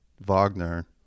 Wagner